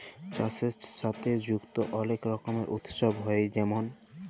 চাষের সাথে যুক্ত অলেক রকমের উৎসব হ্যয়ে যেমল